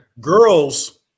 Girls